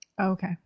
Okay